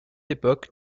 époque